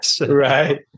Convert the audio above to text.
right